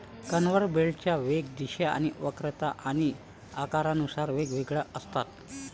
conveyor बेल्टच्या वेग, दिशा, वक्रता आणि आकारानुसार वेगवेगळ्या असतात